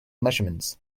measurements